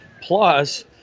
Plus